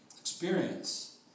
experience